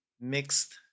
mixed